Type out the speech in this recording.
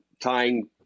tying